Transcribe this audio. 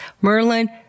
Merlin